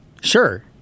Sure